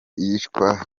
iyicwa